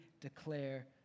declare